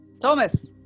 Thomas